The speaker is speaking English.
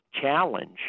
challenge